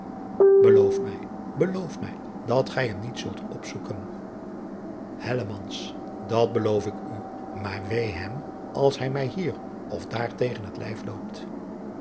eloof mij beloof mij dat gij hem niet zult opzoeken at beloof ik u maar wee hem als hij mij hier of daar tegen het lijf loopt